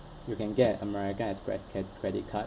you can get american express cat~ credit card